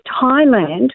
Thailand